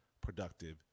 productive